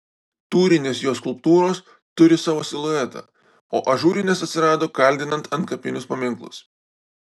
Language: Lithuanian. tūrinės jo skulptūros turi savo siluetą o ažūrinės atsirado kaldinant antkapinius paminklus